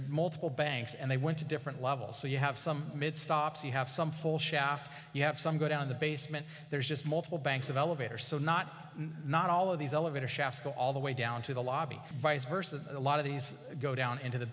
multiple banks and they went to different levels so you have some mid stops you have some full shaft you have some go down the basement there's just multiple banks of elevators so not not all of these elevator shafts go all the way down to the lobby vice versa and a lot of these go down into the